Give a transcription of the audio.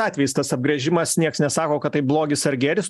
atvejais tas apgręžimas nieks nesako kad tai blogis ar gėris